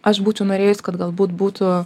aš būčiau norėjus kad galbūt būtų